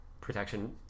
Protection